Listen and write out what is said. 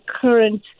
current